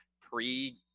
pre